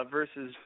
Versus